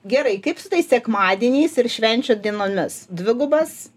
gerai kaip su tais sekmadieniais ir švenčių dienomis dvigubas